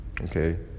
okay